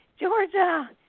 Georgia